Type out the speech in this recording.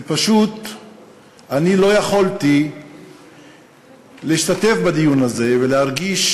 ופשוט אני לא יכולתי להשתתף בדיון הזה ולהרגיש